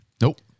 Nope